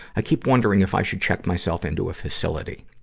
i keep wondering if i should check myself into a facility.